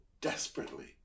desperately